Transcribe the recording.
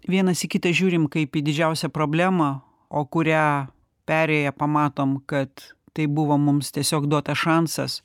vienas į kitą žiūrim kaip į didžiausią problemą o kurią perėję pamatom kad tai buvo mums tiesiog duotas šansas